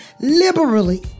liberally